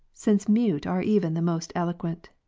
since mute are even the most eloquent.